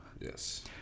Yes